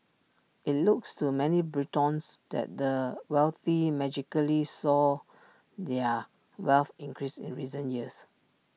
IT looks to many Britons that the wealthy magically saw their wealth increase in recent years